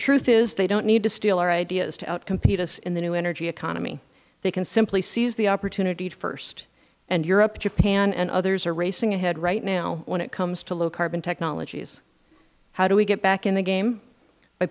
truth is they don't need to steal our ideas to outcompete us in the new energy economy they can simply seize the opportunity first and europe japan and others are racing ahead right now when it comes to new carbon technologies how do we get back in the game by